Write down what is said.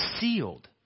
sealed